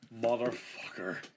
Motherfucker